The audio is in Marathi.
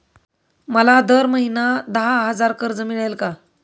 मला दर महिना दहा हजार कर्ज मिळेल का?